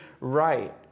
right